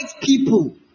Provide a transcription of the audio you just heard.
people